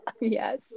Yes